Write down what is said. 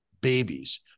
babies